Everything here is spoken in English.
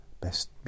best